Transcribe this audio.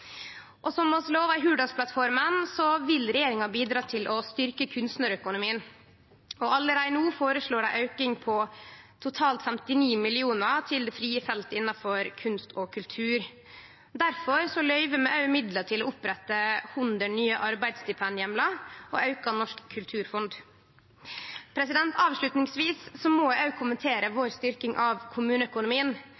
Som vi lova i Hurdalsplattforma, vil regjeringa bidra til å styrkje kunstnarøkonomien. Allereie no føreslår vi ein auke på totalt 59 mill. kr til det frie feltet innanfor kunst og kultur. Difor løyver vi også midlar til å opprette 100 nye heimlar til arbeidsstipend og aukar løyvinga til Norsk kulturfond. Avslutningsvis må eg kommentere